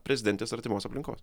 prezidentės artimos aplinkos